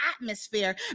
atmosphere